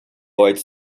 pode